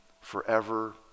Forever